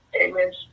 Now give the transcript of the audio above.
Amen